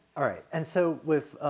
all right. and so with,